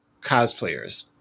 cosplayers